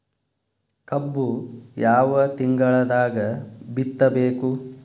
ಕಬ್ಬು ಯಾವ ತಿಂಗಳದಾಗ ಬಿತ್ತಬೇಕು?